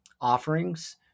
offerings